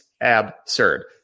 absurd